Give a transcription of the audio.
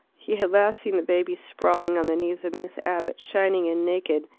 he had last seen the baby sprawling on the knees of miss abbott, shining and naked,